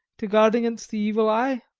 to guard against the evil eye.